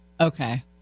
okay